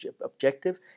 objective